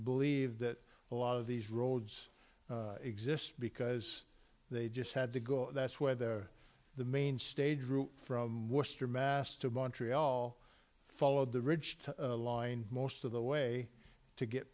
believe that a lot of these roads exist because they just had to go that's where the the main stage route from worcester mass to montreal followed the ridge to line most of the way to get